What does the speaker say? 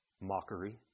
mockery